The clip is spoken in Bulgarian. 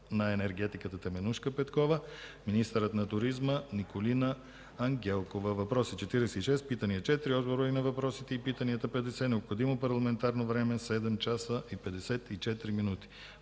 на енергетиката Теменужка Петкова, министърът на туризма Николина Ангелкова. Въпроси – 46, питания – 4, отговори на въпросите и питанията – 50, необходимо парламентарно време – 7,54 часа.